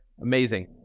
Amazing